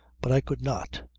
but i could not.